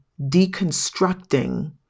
deconstructing